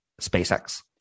SpaceX